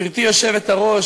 גברתי היושבת-ראש,